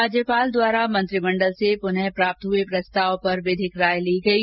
राज्यपाल द्वारा मंत्रिमंडल से पुनरूः प्राप्त हुए प्रस्ताव पर विधिक राय ली गयी